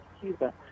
Cuba